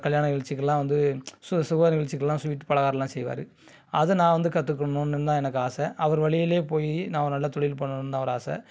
கல்யாண நிகழ்ச்சிக்குலாம் வந்து சு சுப நிகழ்ச்சிக்குலாம் ஸ்வீட் பலகாரமெல்லாம் செய்வார் அதை நான் வந்து கற்றுக்கணுன்னுதான் எனக்கு ஆசை அவர் வழியிலையே போய் நான் நல்ல தொழில் பண்ணணும்னுதான் ஒரு ஆசை